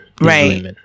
right